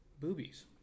boobies